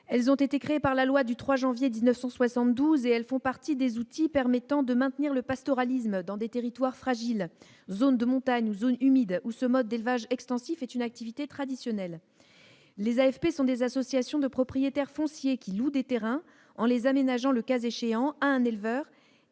les AFP -, créées par la loi du 3 janvier 1972, font partie des outils qui contribuent au maintien du pastoralisme dans des territoires fragiles, zones de montagne ou zones humides, où ce mode d'élevage extensif est une activité traditionnelle. Les AFP sont des associations de propriétaires fonciers qui louent des terrains, en les aménageant le cas échéant, à un éleveur